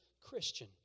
Christian